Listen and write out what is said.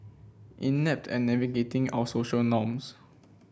inept and navigating our social norms